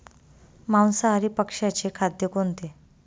मांसाहारी पक्ष्याचे खाद्य कोणते?